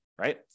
right